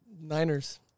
Niners